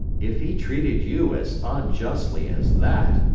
if he treated you as unjustly as that,